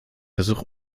versuch